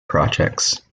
projects